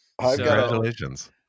Congratulations